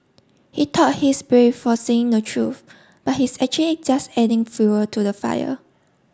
he thought he's brave for saying the truth but he's actually just adding fuel to the fire